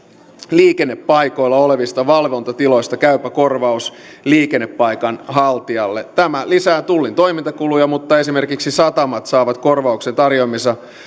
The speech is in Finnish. liikennepaikoilla olevista valvontatiloista käypä korvaus liikennepaikan haltijalle tämä lisää tullin toimintakuluja mutta esimerkiksi satamat saavat korvaukset tarjoamiensa